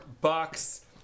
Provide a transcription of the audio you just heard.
bucks